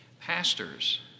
Pastors